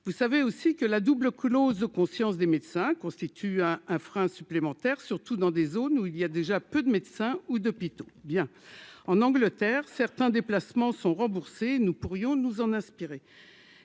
vous savez aussi que la double clause de conscience des médecins, constitue à un frein supplémentaire, surtout dans des zones où il y a déjà peu de médecins ou d'hôpitaux bien en Angleterre, certains déplacements sont remboursés, nous pourrions nous en inspirer,